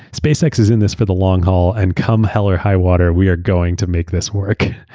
spacex is in this for the long haul. and come hell or high water, we are going to make this work.